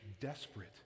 desperate